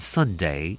Sunday